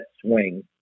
swing